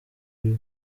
bwo